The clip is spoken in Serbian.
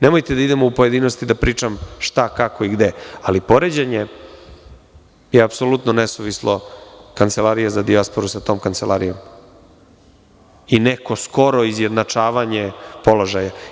Nemojte da idemo u pojedinosti šta, kako i gde, ali poređenje je apsolutno nesuvislo Kancelarije za dijasporu sa tom Kancelarijom i neko skoro izjednačavanje položaja.